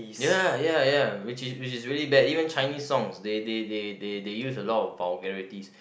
ya ya ya which is which is really bad even Chinese song they they they they they use a lot of vulgarities